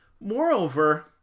moreover